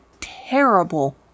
terrible